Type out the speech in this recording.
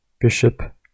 bishop